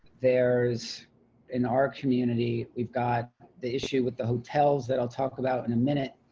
there's in our community. we've got the issue with the hotels that i'll talk about in a minute.